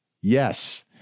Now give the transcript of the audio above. yes